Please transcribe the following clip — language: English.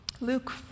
Luke